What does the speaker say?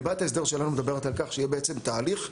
ליבת ההסדר שלנו מדברת על כך שיהיה בעצם תהליך,